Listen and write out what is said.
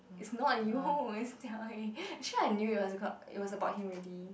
it's not you is jia-wei actually I knew it was about him already